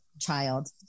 child